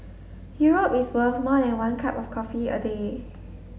Europe is worth more than one cup of coffee a day